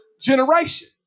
generation